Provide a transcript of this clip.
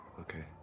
Okay